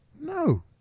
No